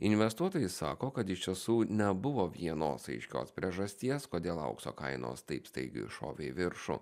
investuotojai sako kad iš tiesų nebuvo vienos aiškios priežasties kodėl aukso kainos taip staigiai šovė į viršų